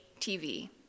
TV